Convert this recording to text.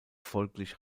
folglich